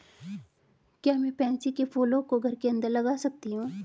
क्या मैं पैंसी कै फूलों को घर के अंदर लगा सकती हूं?